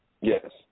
Yes